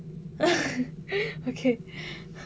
okay